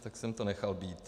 Tak jsem to nechal být.